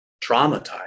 traumatized